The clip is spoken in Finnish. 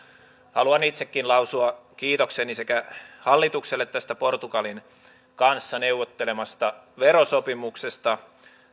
haluan itsekin lausua kiitokseni sekä hallitukselle tästä portugalin kanssa neuvottelemastaan verosopimuksesta